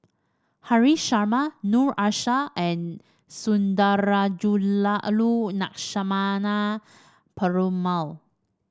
Haresh Sharma Noor Aishah and Sundarajulu Lakshmana Perumal